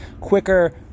quicker